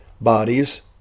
bodies